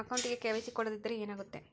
ಅಕೌಂಟಗೆ ಕೆ.ವೈ.ಸಿ ಕೊಡದಿದ್ದರೆ ಏನಾಗುತ್ತೆ?